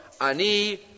Ani